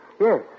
Yes